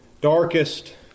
darkest